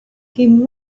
came